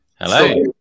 Hello